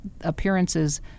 appearances